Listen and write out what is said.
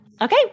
Okay